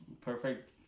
perfect